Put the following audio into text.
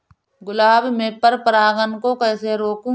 गुलाब में पर परागन को कैसे रोकुं?